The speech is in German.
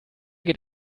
geht